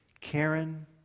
Karen